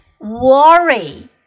worry